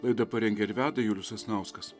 laidą parengė ir veda julius sasnauskas